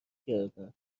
کردن